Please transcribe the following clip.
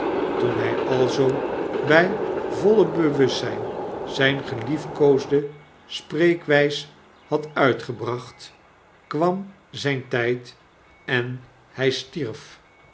toen hg alzoo bjj voile bewustzgn zgne geliefkoosde spreekwgs had uitgebracht kwam zgn tijd en hg stierf